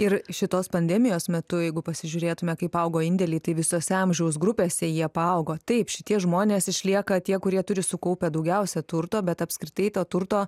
ir šitos pandemijos metu jeigu pasižiūrėtume kaip augo indėliai tai visose amžiaus grupėse jie paaugo taip šitie žmonės išlieka tie kurie turi sukaupę daugiausia turto bet apskritai to turto